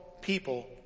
people